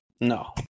No